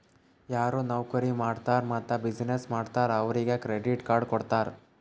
ಯಾರು ನೌಕರಿ ಮಾಡ್ತಾರ್ ಮತ್ತ ಬಿಸಿನ್ನೆಸ್ ಮಾಡ್ತಾರ್ ಅವ್ರಿಗ ಕ್ರೆಡಿಟ್ ಕಾರ್ಡ್ ಕೊಡ್ತಾರ್